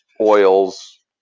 oils